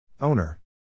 Owner